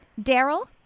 Daryl